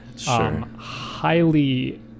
highly